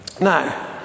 Now